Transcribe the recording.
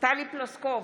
טלי פלוסקוב,